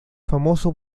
famoso